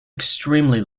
extremely